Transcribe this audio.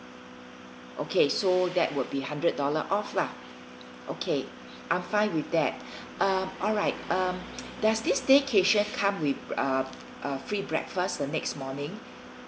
okay so that would be hundred dollar off lah okay I'm fine with that uh alright um does this staycation come with uh uh free breakfast the next morning